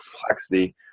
complexity